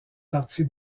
partie